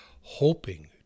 hoping